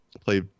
play